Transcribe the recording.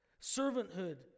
Servanthood